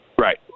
right